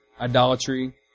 idolatry